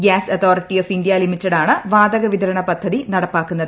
gas authority of India ലിമിറ്റഡാണ് വാതക വിതരണ പദ്ധതി നടപ്പാക്കുന്നത്